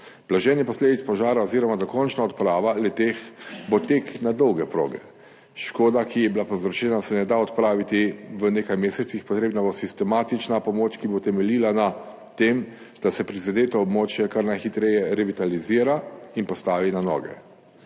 Blaženje posledic požara oziroma dokončna odprava le-teh bo tek na dolge proge. Škode, ki je bila povzročena, se ne da odpraviti v nekaj mesecih. Potrebna bo sistematična pomoč, ki bo temeljila na tem, da se prizadeta območja kar najhitreje revitalizira in postavi na noge.